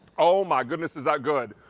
oh my goodness is that good!